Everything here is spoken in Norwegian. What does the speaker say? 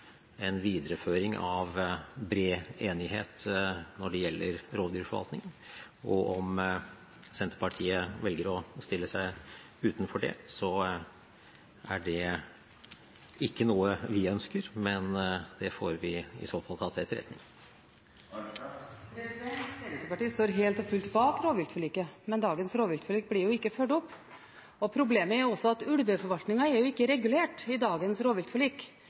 en videreføring av bred enighet når det gjelder rovdyrforvaltningen. Om Senterpartiet velger å stille seg utenfor det, er ikke det noe vi ønsker, men det får vi i så fall ta til etterretning. Senterpartiet står helt og fullt bak rovviltforliket, men dagens rovviltforlik blir ikke fulgt opp. Problemet er også at ulveforvaltningen ikke er regulert i dagens rovviltforlik.